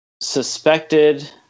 suspected